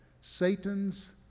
Satan's